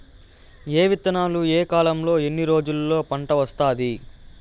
ఏ విత్తనాలు ఏ కాలంలో ఎన్ని రోజుల్లో పంట వస్తాది?